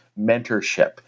mentorship